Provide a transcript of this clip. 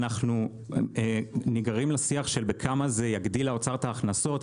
אנחנו נגררים לשיח של כמה זה יגדיל לאוצר את ההכנסות.